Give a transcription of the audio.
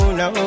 no